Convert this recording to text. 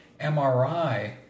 MRI